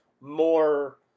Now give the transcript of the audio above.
more